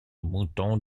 moutons